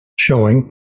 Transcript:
showing